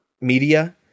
media